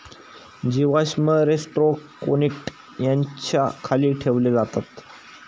जीवाश्म रोस्ट्रोकोन्टि याच्या खाली ठेवले जातात